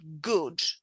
good